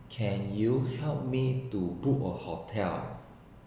can you help me to book a hotel